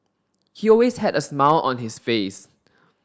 he always had a smile on his face